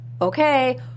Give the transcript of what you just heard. okay